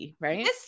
right